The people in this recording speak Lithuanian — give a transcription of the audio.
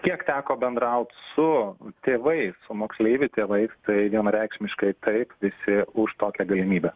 kiek teko bendraut su tėvais su moksleivių tėvais tai vienareikšmiškai taip visi už tokią galimybę